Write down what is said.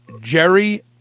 Jerry